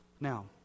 now